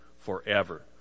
forever